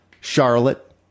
Charlotte